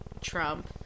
Trump